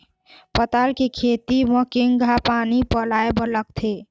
पताल के खेती म केघा पानी पलोए बर लागथे?